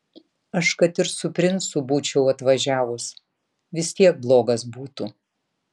aš kad ir su princu būčiau atvažiavus vis tiek blogas būtų